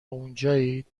اونجایید